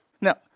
Now